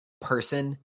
person